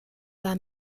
war